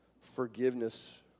forgiveness